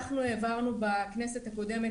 אנחנו העברנו בכנסת הקודמת,